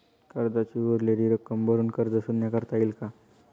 कर्जाची उरलेली रक्कम भरून कर्ज शून्य करता येईल का?